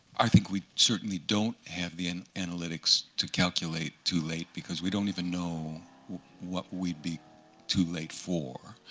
i think we certainly don't have the and analytics to calculate too late, because we don't even know what we'd be too late for.